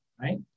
right